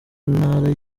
intara